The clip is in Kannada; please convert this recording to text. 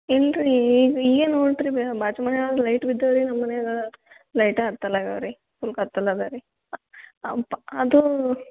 ಇಲ್ಲರಿ ಈಗ ಏನು ಬಾಜು ಮನ್ಯಾಗ ಲೈಟ್ ಬಿದ್ದವ ರೀ ನಮ್ಮ ಮನ್ಯಾಗ ಲೈಟೇ ಹತ್ತಲ್ಲಾಗವ ರೀ ಫುಲ್ ಕತ್ತಲು ಅದ ರೀ ಹಾಂ ಅದೂ